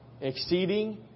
exceeding